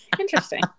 Interesting